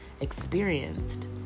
experienced